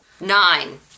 Nine